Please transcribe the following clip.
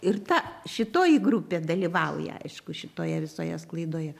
ir ta šitoji grupė dalyvauja aišku šitoje visoje sklaidoje